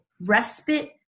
respite